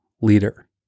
leader